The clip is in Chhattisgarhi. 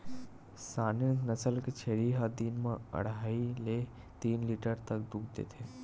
सानेन नसल के छेरी ह दिन म अड़हई ले तीन लीटर तक दूद देथे